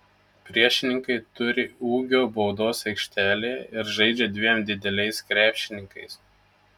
priešininkai turi ūgio baudos aikštelėje ir žaidžia dviem dideliais krepšininkais